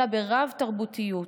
אלא ברב-תרבותיות,